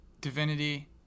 Divinity